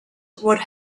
would